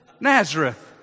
Nazareth